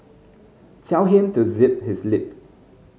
tell him to zip his lip